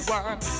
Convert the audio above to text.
one